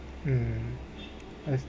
mm